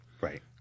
Right